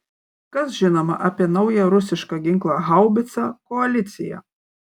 kas žinoma apie naują rusišką ginklą haubicą koalicija